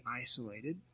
isolated